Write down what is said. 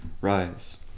Rise